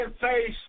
face